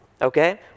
Okay